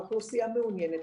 האוכלוסייה מעוניינת,